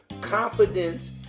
confidence